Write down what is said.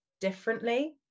differently